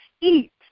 eat